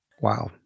Wow